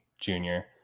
Junior